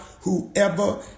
whoever